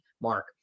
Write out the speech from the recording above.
mark